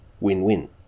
Win-win